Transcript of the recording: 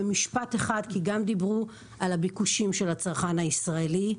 במשפט אחד כי גם דיברו על הביקושים של הצרכן הישראלי,